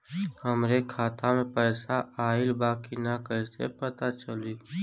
हमरे खाता में पैसा ऑइल बा कि ना कैसे पता चली?